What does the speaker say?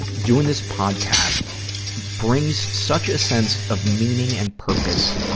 doing this podcast brings such a sense of meaning and purpose,